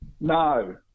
No